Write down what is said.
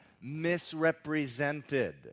misrepresented